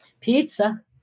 Pizza